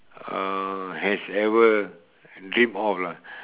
uh has ever dream of lah